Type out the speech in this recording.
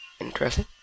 Interesting